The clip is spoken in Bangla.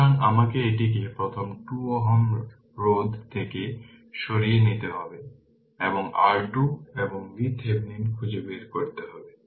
সুতরাং আমাকে এটিকে প্রথম 2 Ω রোধ থেকে সরিয়ে নিতে হবে এবং R2 এবং VThevenin খুঁজে বের করতে হবে